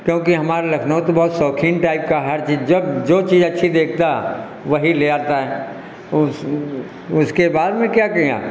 क्योंकि हमारा लखनऊ तो बहुत शौक़ीन टाइप का है हर चीज़ जब जो चीज़ अच्छी देखता वही ले आता है वह उस उसके बाद में क्या कहाँ